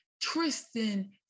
Tristan